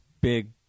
big